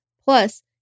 Plus